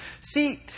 See